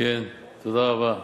תודה רבה.